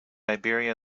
iberian